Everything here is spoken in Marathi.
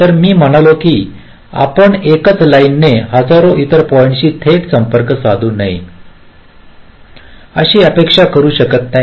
तर मी म्हणालो की आपण एकाच लाईन ने हजारो इतर पॉईंट शी थेट संपर्क साधू नये अशी अपेक्षा करू शकत नाही